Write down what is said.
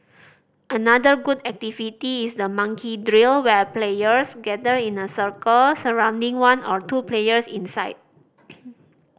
another good activity is the monkey drill where players gather in a circle surrounding one or two players inside